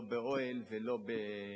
לא באוהל ולא בצריף.